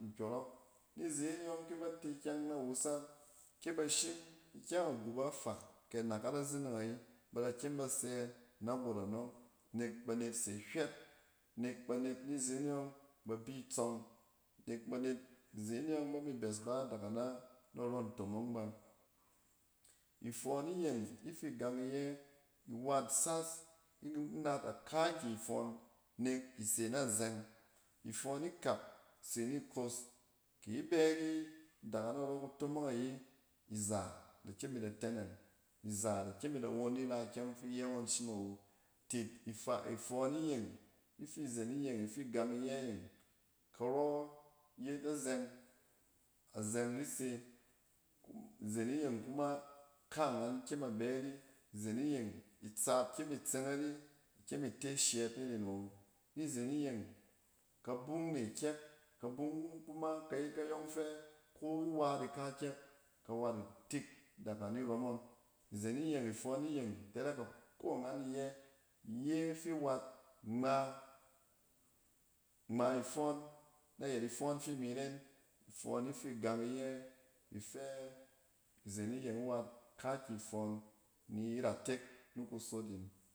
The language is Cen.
Nkyɔrɔk. Nizene ɔng kɛ ba te kyɛng na wusal, kɛ ba shin ikyɛng agup afaa kɛ anakat a zining ayi, ba da kyem ba sɛ na got anɔng nek banet se hywɛt, nek banet ni zeneɔng ba bi tsɔm, nek banet izene ɔng bami bɛs ba daga narɔ ntomong ba. Ifɔɔn iyeng ifi gang iyɛ iwat sas inaat akaakyi ifɔɔn nek isa na zɛng. Ifɔɔn ikak se ni kos ki ibɛ ari daga narɔ kutomong ayi, iza da kyem ida tɛnɛng, iza da kyem ida won ni ra ikyɛng ɔng fi iye ngɔn shim awo tit ifa ifɔɔn iyeng. Ifi zen iyeng ifi gang iyɛ yeng karɔ yet azɛng. Azɛng di sem izen iyeng itsaap kyem itseng ari, ikyem ite shɛɛt iren awo. Nizen iyeng kabung ne kyɛk, kabung kuma ka yet kayɔng fa ko wat ika kyɛk ka wat in tik daga ni rɔm ngɔn. Izen iyeng, ifɔɔn iyeng itɔrɔk a ko angan iyɛ. Iye fi wat ngma, ngma ifɔɔn, ɛyɛt ifɔɔn fi mi ren, fɔɔn ifi gang iyɛ ifɛ izen iyeng wat akaakyi fɔɔn ni ratek ni kusot in